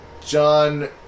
John